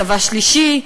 צבא שלישי,